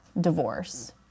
divorce